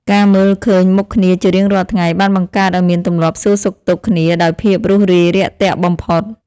ការមើលឃើញមុខគ្នាជារៀងរាល់ថ្ងៃ បានបង្កើតឱ្យមានទម្លាប់សួរសុខទុក្ខគ្នាដោយភាពរួសរាយរាក់ទាក់បំផុត។